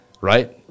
right